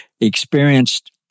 experienced